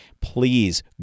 please